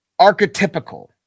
archetypical